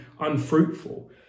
unfruitful